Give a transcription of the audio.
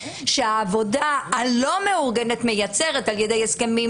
שהעבודה הלא-מאורגנת מייצרת על-ידי הסכמים